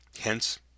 Hence